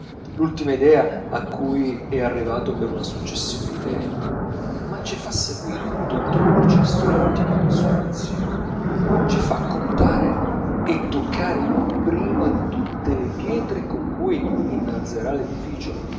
l'ultima idea a cui è arrivato per una successione d'idee ma ci fa seguire tutto il processo intimo del suo pensiero ci fa contare e toccare prima tutte le pietre con cui innalzerà l'edifizio